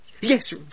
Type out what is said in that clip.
Yes